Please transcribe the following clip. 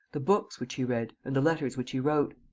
the books which he read and the letters which he wrote.